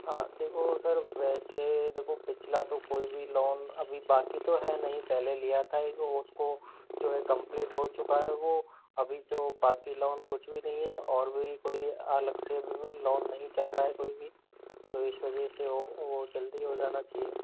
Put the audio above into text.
हाँ देखो सर वैसे देखो पिछला तो कोई भी लोन अभी बाक़ी तो है नहीं पहले लिया था इसको जो है कंप्लीट हो चुका है वो अभी जो बाक़ी लोन कुछ भी नहीं है और भी कोई अलग से लोन नहीं चल रहा है कोई भी तो इस वजह से हो वो जल्दी हो जाना चाहिए